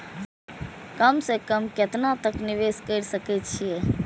कम से कम केतना तक निवेश कर सके छी ए?